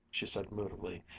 she said moodily,